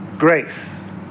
grace